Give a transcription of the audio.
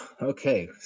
okay